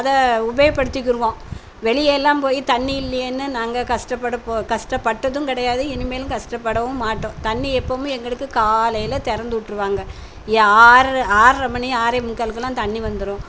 அதை உபயோகப்படுத்திக்கிடுவோம் வெளியெல்லாம் போய் தண்ணி இல்லையேனு நாங்கள் கஷ்டப்படப் போ கஷ்டப்பட்டதும் கிடையாது இனிமேலும் கஷ்டப்படவும் மாட்டோம் தண்ணி எப்போதுமே எங்களுக்கு காலையில் திறந்து விட்ருவாங்க இங்கே ஆற்ரை ஆற்ரை மணி ஆறேமுக்காலுக்கெலாம் தண்ணி வந்துடும்